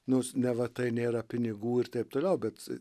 nors neva tai nėra pinigų ir taip toliau bet